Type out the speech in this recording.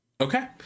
Okay